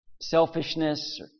selfishness